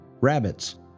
rabbits